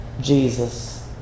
Jesus